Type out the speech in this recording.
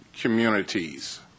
communities